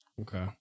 Okay